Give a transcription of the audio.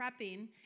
prepping